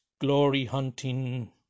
glory-hunting